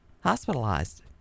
hospitalized